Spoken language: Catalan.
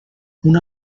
una